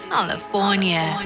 California